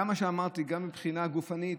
גם מה שאמרתי מבחינה גופנית,